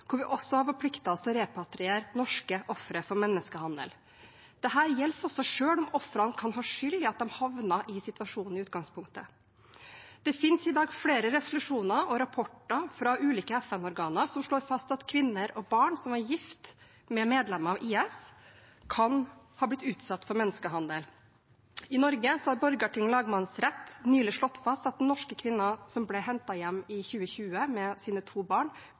hvor vi også har forpliktet oss til å repatriere norske ofre for menneskehandel. Dette gjelder også selv om ofrene kan ha skyld i at de havnet i situasjonen i utgangspunktet. Det finnes i dag flere resolusjoner og rapporter fra ulike FN-organer som slår fast at kvinner og barn som var gift med medlemmer av IS, kan ha blitt utsatt for menneskehandel. I Norge har Borgarting lagmannsrett nylig slått fast at den norske kvinnen som ble hentet hjem i 2020 med sine to barn,